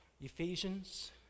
Ephesians